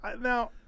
now